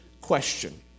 question